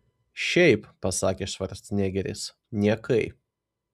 šiaip pasakė švarcnegeris niekai